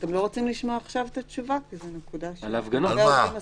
אתם לא רוצים לשמוע את התשובה על העובדים הסוציאליים?